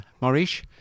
Maurice